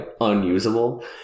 unusable